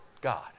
God